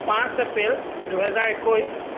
পাঁচ এপ্ৰিল দুহেজাৰ একৈছ